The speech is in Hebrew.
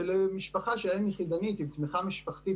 כשמשפחה לאם יחידנית עם תמיכה משפחתית